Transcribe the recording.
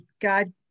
God